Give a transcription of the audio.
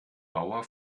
bauer